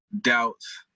doubts